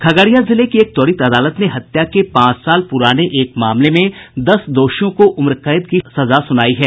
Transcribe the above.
खगड़िया जिले की एक त्वरित अदालत ने हत्या के पांच साल प्राने एक मामले में दस दोषियों को उम्रकैद की सजा सुनायी है